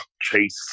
Chase